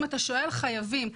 אם אתה שואל, חייבים.